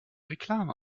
reklame